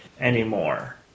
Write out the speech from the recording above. anymore